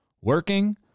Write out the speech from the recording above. working